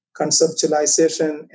conceptualization